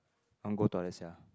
I want go toilet sia